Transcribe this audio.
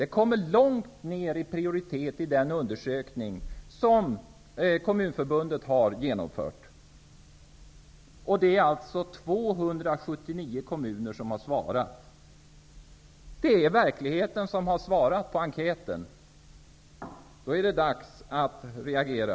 Den kommer långt ner i prioritet i den undersökning Kommunförbundet har genomfört. Det är 279 kommuner, dvs. verkligheten, som har svarat på enkäten. Då är det dags att reagera.